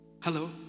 Hello